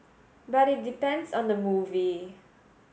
but it depends on the movie